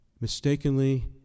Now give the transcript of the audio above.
mistakenly